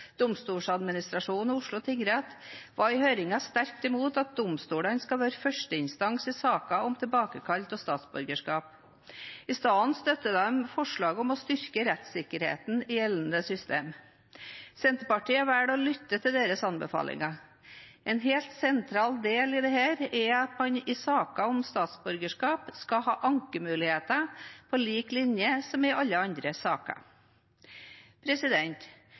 Oslo tingrett, var i høringen sterkt imot at domstolene skal være førsteinstans i saker om tilbakekall av statsborgerskap. I stedet støtter de forslaget om å styrke rettssikkerheten i gjeldende system. Senterpartiet velger å lytte til deres anbefalinger. En helt sentral del i dette er at man i saker om statsborgerskap skal ha ankemuligheter på lik linje med alle andre saker.